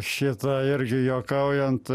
šitą irgi juokaujant